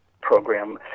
program